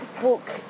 book